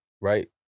right